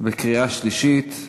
בקריאה שלישית.